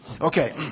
Okay